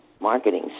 marketing